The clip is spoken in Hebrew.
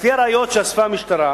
לפני הראיות שאספה המשטרה